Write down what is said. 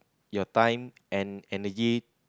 your time and energy